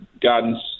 gardens